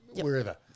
wherever